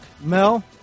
Mel